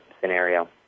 scenario